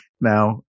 now